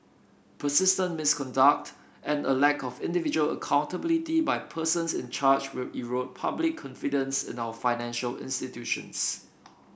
persistent misconduct and a lack of individual accountability by persons in charge will erode public confidence in our financial institutions